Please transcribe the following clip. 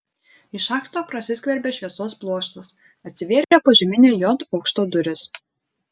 į šachtą prasiskverbė šviesos pluoštas atsivėrė požeminio j aukšto durys